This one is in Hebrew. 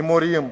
הימורים,